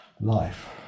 life